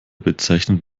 bezeichnet